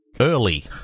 Early